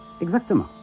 Exactement